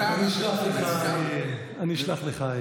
מתן, אני אשלח לך.